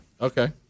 Okay